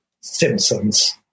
Simpsons